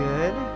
Good